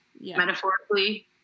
metaphorically